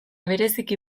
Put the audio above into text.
bereziki